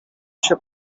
się